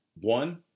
one